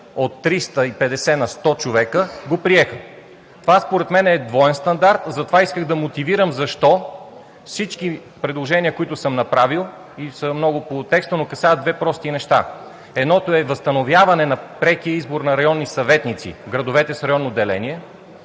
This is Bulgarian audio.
от 350 на 100 човека, го приехме. Това според мен е двоен стандарт, затова исках да мотивирам защо всички предложения, които съм направил и са много по текста, касаят две прости неща: едното е възстановяване на прекия избор на районни съветници в градовете с районно деление.